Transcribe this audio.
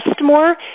more